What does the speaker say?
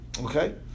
okay